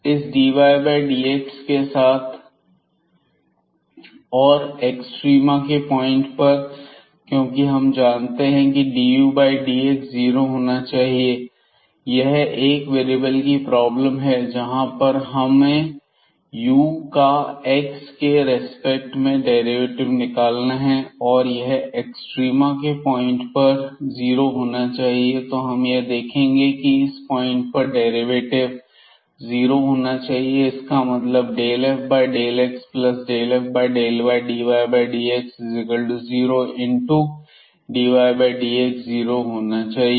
इस dydx के साथ और एक्सट्रीमा के पॉइंट पर क्योंकि हम जानते हैं की dudx ज़ीरो होना चाहिए यह एक वेरिएबल की प्रॉब्लम है जहां पर हमें u का एक्स के रेस्पेक्ट में डेरिवेटिव निकालना है और यह एक्सट्रीमा के पॉइंट पर जीरो होना चाहिए तो हम यह देखेंगे इस पॉइंट पर यह डेरिवेटिव 0 होना चाहिए इसका मतलब ∂f∂x∂f∂ydydx0 इन टू dydx 0 होना चाहिए